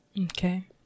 Okay